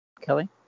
Kelly